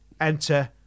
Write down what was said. enter